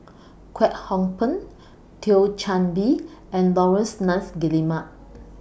Kwek Hong Png Thio Chan Bee and Laurence Nunns Guillemard